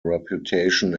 reputation